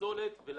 בזה אנחנו